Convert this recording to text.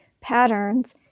patterns